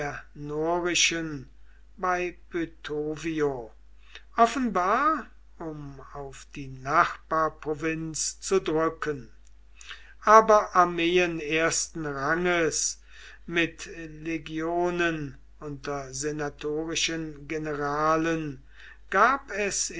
bei poetovio offenbar um auf die nachbarprovinz zu drücken aber armeen ersten ranges mit legionen unter senatorischen generalen gab es